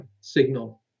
signal